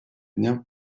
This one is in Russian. дня